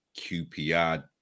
QPR